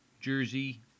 Jersey